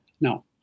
No